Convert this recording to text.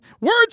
words